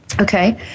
Okay